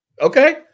Okay